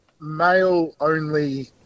male-only